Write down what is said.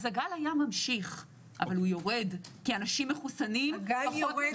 הגל היה ממשיך אבל הוא יורד כי אנשים מחוסנים פחות מדבקים.